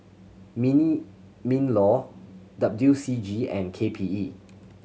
mean MinLaw W C G and K P E